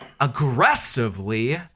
aggressively